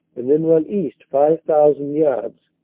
and then run east five thousand yards,